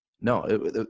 No